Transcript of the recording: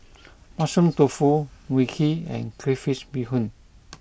Mushroom Tofu Mui Kee and Crayfish Beehoon